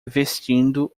vestindo